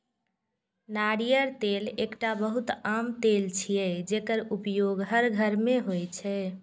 नारियल तेल एकटा बहुत आम तेल छियै, जेकर उपयोग हर घर मे होइ छै